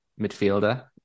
midfielder